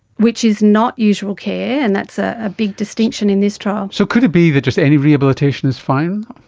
which is not usual care, and that's a ah big distinction in this trial. so could it be that just any rehabilitation is fine?